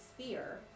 sphere